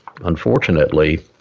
unfortunately